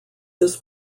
this